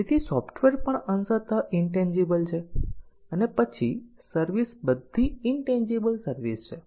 તેથી સોફ્ટવેર પણ અંશત ઇન્તેન્જીબલ છે અને પછી સર્વિસ બધી ઇન્તેન્જીબલ સર્વિસ છે